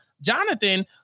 Jonathan